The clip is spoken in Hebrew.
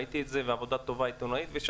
עבודה עיתונאים טובה ומרתקת.